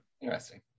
interesting